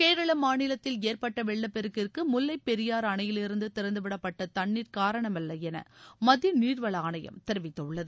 கேரள மாநிலத்தில் ஏற்பட்ட வெள்ளப்பெருக்கிற்கு முல்லைப் பெரியாறு அணையிலிருந்து திறந்துவிடப்பட்ட தண்ணீர் காரணமல்ல என மத்திய நீர்வள ஆணையம் தெரிவித்துள்ளது